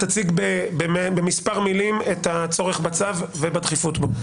תציג במספר מילים את הצורך בצו ובדחיפות בו.